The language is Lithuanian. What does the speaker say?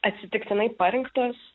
atsitiktinai parinktos